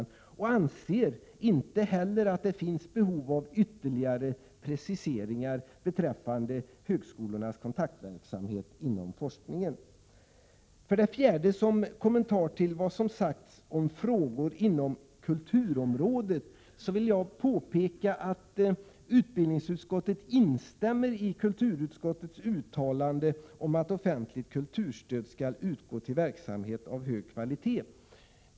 Utskottet anser inte att det finns behov av ytterligare preciseringar när det gäller högskolornas kontaktverksamhet inom forskningen. För det fjärde vill jag som kommentar till vad som sagts om frågorna inom kulturområdet påpeka att utbildningsutskottet instämmer i kulturutskottets uttalande om att offentligt kulturstöd skall utgå till verksamhet av hög kvalitet.